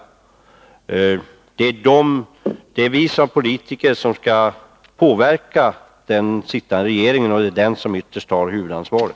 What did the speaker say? Det är vi som politiker som skall påverka den sittande regeringen, och det är den som ytterst har huvudansvaret.